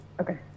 Okay